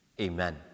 Amen